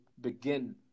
begin